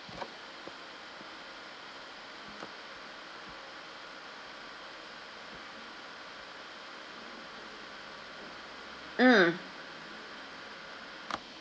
mm